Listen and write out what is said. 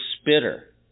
spitter